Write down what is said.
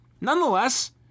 nonetheless